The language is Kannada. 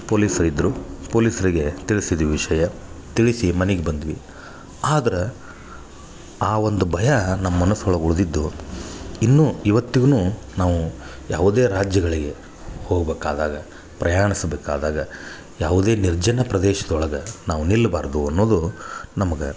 ಪೊಲೀಸ್ ಇದ್ದರು ಪೊಲೀಸ್ರಿಗೆ ತಿಳ್ಸಿದ್ವಿ ವಿಷಯ ತಿಳಿಸಿ ಮನಗೆ ಬಂದ್ವಿ ಆದ್ರೆ ಆ ಒಂದು ಭಯ ನಮ್ಮ ಮನಸೊಳಗೆ ಉಳ್ದಿದ್ದು ಇನ್ನು ಇವತ್ತಿಗ್ನು ನಾವು ಯಾವುದೇ ರಾಜ್ಯಗಳಿಗೆ ಹೋಗಬೇಕಾದಾಗ ಪ್ರಯಾಣಿಸಬೇಕಾದಾಗ ಯಾವುದೇ ನಿರ್ಜನ ಪ್ರದೇಶದೊಳಗೆ ನಾವು ನಿಲ್ಬಾರದು ಅನ್ನೋದು ನಮಗೆ